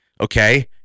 okay